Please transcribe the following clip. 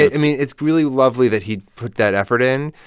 i mean, it's really lovely that he put that effort in.